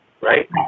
right